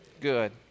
Good